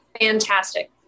fantastic